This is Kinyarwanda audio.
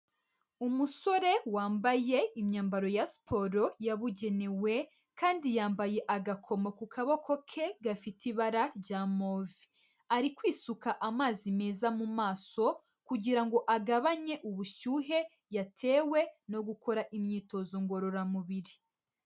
Umusore wambaye imyambaro ya siporo yabugenewe kandi yambaye agakomo ku kaboko ke gafite ibara rya move. Ari kwisuka amazi meza mu maso kugira ngo agabanye ubushyuhe yatewe no gukora imyitozo ngororamubiri.